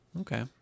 Okay